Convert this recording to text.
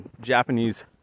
Japanese